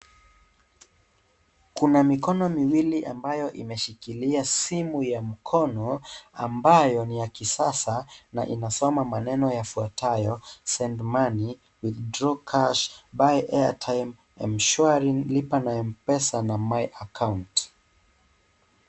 Kuna mikono miwili ambayo imeshikilia simu ya mkono ambayo NI ya kisasa na inasoma maneno yafuatayo , send money , withdraw cash, buy airtime, M shwari, Lipa na MPESA na my account.